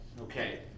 Okay